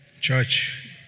Church